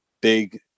big